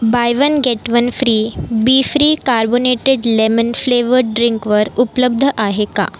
bye one get one free be free carbonated lemon flavoured ड्रिंकवर उपलब्ध आहे का